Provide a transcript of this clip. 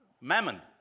mammon